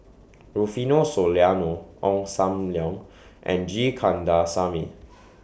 Rufino Soliano Ong SAM Leong and G Kandasamy